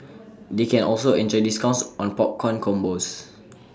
they can also enjoy discounts on popcorn combos